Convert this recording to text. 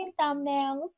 thumbnails